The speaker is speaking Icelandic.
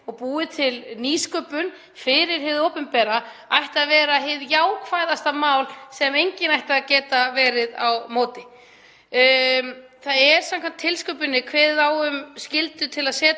og búið til nýsköpunarlausnir fyrir hið opinbera ætti að vera hið jákvæðasta mál sem enginn ætti að geta verið á móti. Samkvæmt tilskipuninni er kveðið á um skyldu til að setja